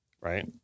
right